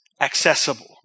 accessible